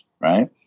right